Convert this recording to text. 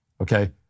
Okay